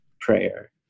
prayer